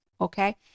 okay